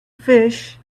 fish